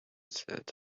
said